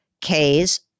K's